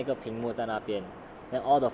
err 甚至会发一个屏幕在那边